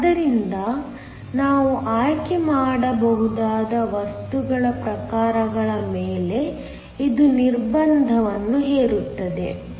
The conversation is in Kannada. ಆದ್ದರಿಂದ ನಾವು ಆಯ್ಕೆ ಮಾಡಬಹುದಾದ ವಸ್ತುಗಳ ಪ್ರಕಾರಗಳ ಮೇಲೆ ಇದು ನಿರ್ಬಂಧವನ್ನು ಹೇರುತ್ತದೆ